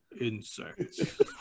insects